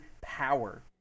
power